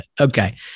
Okay